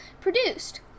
produced